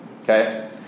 okay